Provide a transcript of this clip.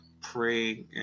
pray